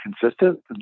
consistent